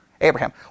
Abraham